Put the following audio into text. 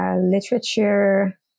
literature